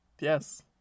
Yes